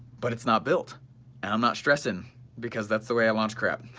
but it's not built i'm not stressing because that's the way i launch crap.